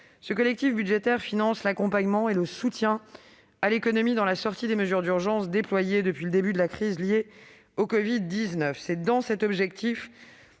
ce collectif budgétaire est de financer l'accompagnement et le soutien à l'économie dans la sortie des mesures d'urgence déployées depuis le début de la crise liée au covid-19. C'est la raison